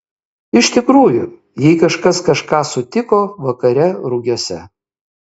iš tikrųjų jei kažkas kažką sutiko vakare rugiuose